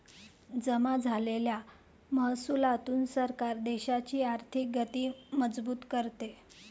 जमा झालेल्या महसुलातून सरकार देशाची आर्थिक गती मजबूत करते